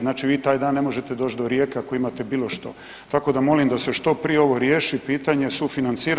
Znači vi taj dan ne možete doći do Rijeke ako imate bilo što, tako da molim da se što prije ovo riješi pitanje, sufinancira.